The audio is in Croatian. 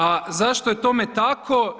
A zašto je tome tako?